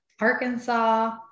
Arkansas